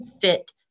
fit